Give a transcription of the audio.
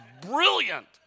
brilliant